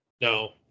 No